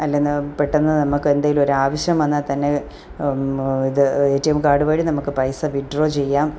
അല്ലെന്ന് പെട്ടെന്ന് നമുക്ക് എന്തെങ്കിലും ഒരു ആവശ്യം വന്നാൽ തന്നെ ഇത് എ ടി എം കാർഡ് വഴി നമുക്ക് പൈസ വിത് ഡ്രോ ചെയ്യാം